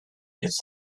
its